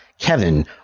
Kevin